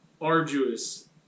arduous